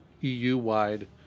EU-wide